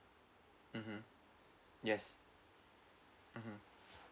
mmhmm yes mmhmm